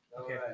Okay